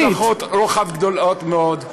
יש לזה השלכות רוחב גדולות מאוד.